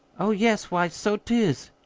oh, yes, why, so't is.